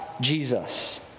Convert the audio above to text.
Jesus